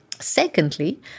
Secondly